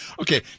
Okay